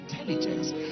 intelligence